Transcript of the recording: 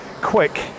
quick